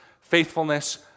faithfulness